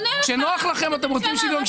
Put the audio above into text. כשנוח לכם אתם רוצים שוויון,